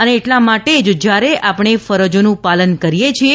અને એટલાં માટે જ જ્યારે આપણે ફરજો પાલન કરીએ છીએ